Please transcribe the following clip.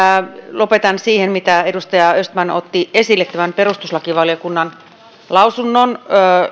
lopetan siihen kun edustaja östman otti esille tämän perustuslakivaliokunnan lausunnon